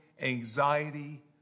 anxiety